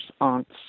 aunts